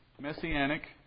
messianic